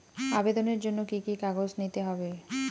আবেদনের জন্য কি কি কাগজ নিতে হবে?